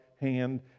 hand